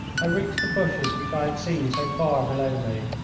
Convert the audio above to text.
i reached the bushes which i had seen so far below me.